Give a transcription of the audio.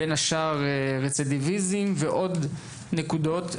בין השאר רצידיביזם ועוד נקודות.